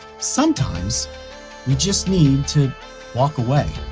sometimes we just need to walk away.